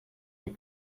die